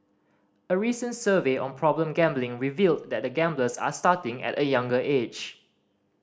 a recent survey on problem gambling revealed that gamblers are starting at a younger age